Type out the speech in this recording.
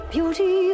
Beauty